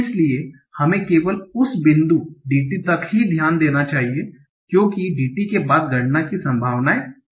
इसलिए हमें केवल उस बिंदु DT तक ही ध्यान देना चाहिए क्योंकि DT के बाद गणना की संभावनाएं समान होंगी